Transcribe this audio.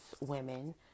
women